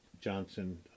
Johnson